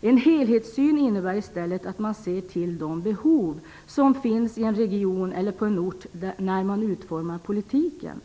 En helhetsyn innebär i stället att man ser till de behov som finns i en region eller på en ort när man utformar politiken.